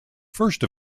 first